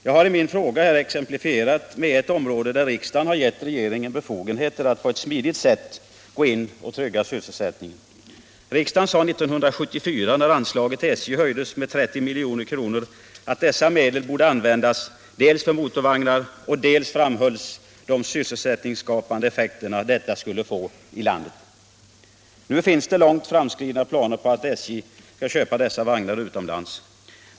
Jag har i min fråga exemplifierat med ett område, där riksdagen har givit regeringen befogenheter att på ett smidigt sätt gå in och trygga sysselsättningen. Riksdagen framhöll 1974 när anslaget till SJ höjdes med 30 milj.kr. dels att dessa medel borde användas för motorvagnar, dels de sysselsättningsskapande effekter som detta skulle få i landet. Nu finns det långt framskridna planer på att SJ skall köpa vagnar utomlands.